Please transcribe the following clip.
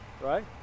Right